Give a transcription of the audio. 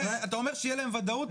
אתה אומר שתהיה להם ודאות,